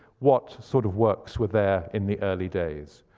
what sort of works were there in the early days?